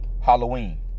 Halloween